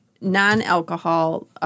non-alcohol